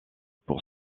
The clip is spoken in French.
pour